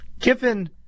Kiffin